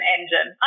Engine